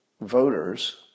voters